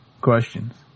questions